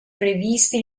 previsti